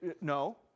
No